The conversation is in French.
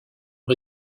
rez